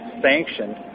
sanctioned